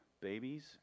babies